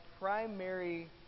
primary